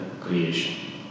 creation